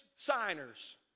signers